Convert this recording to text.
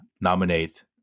nominate